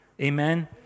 Amen